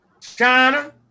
China